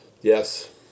Yes